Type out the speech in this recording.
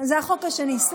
זה החוק השני, החוק השני.